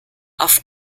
auf